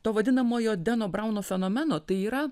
to vadinamojo deno brauno fenomeno tai yra